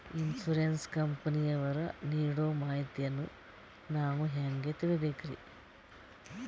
Insurance ಕಂಪನಿಯವರು ನೀಡೋ ಮಾಹಿತಿಯನ್ನು ನಾವು ಹೆಂಗಾ ತಿಳಿಬೇಕ್ರಿ?